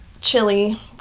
chili